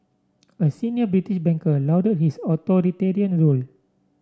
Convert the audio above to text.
a senior British banker lauded his authoritarian rule